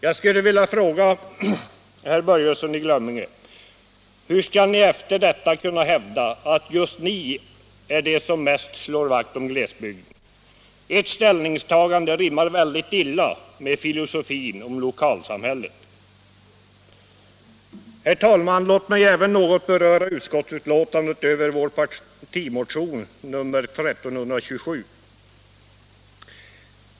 Jag skulle vilja fråga herr Börjesson i Glömminge: Hur skall ni efter detta kunna hävda att just ni är de som mest slår vakt om glesbygden? Ert ställningstagande rimmar väldigt illa med filosofin om lokalsamhället. Herr talman! Låt mig även något beröra utskottets utlåtande om vår partimotion nr 1327.